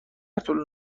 طول